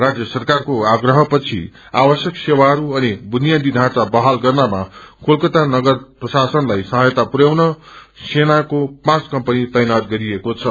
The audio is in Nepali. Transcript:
राज्य सरकारको आप्रहपछि आवश्यक सेवाहरू अनि बुनिादी ढाँचा बढाल गर्नमा कोलाकातानगर प्रशासनलाई साहायता पुरयाउनु सेनाको कम्पनी तैनात गरिएको छ